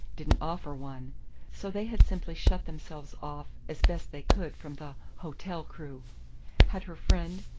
didn't offer one so they had simply shut themselves off as best they could from the hotel crew had her friend,